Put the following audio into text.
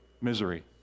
Misery